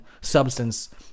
substance